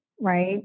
right